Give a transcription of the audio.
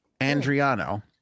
Andriano